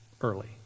early